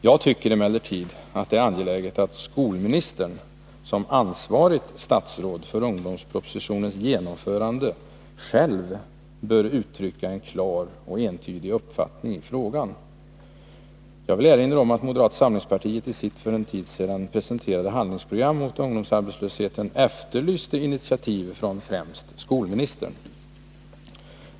Jag tycker emellertid att det är Om yrkesintroangeläget att skolministern, som ansvarigt statsråd för ungdomspropositio — duktionsutbildnens genomförande, själv bör uttrycka en klar och entydig uppfattning i frågan. Jag vill erinra om att moderata samlingspartiet i sitt för en tid sedan presenterade handlingsprogram mot ungdomsarbetslösheten efterlyste initiativ från främst skolministern.